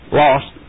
lost